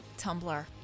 Tumblr